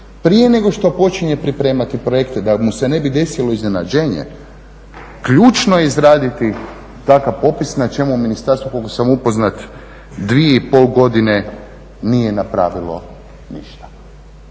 prije nego što počinje pripremati projekte, da mu se ne bi desilo iznenađenje ključno je izraditi takav popis, na čemu ministarstvo koliko sam upoznat 2,5 godine nije napravilo ništa.